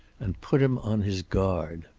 and put him on his guard.